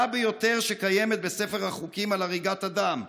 ביותר שקיימת בספר החוקים על הריגת אדם?